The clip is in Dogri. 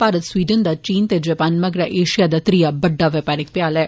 भारत स्वीडन दा चीन ते जपान मगरा ऐषिया इच त्रिया बड्डा व्यौपारिक भ्याल ऐ